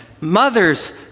mothers